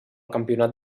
campionat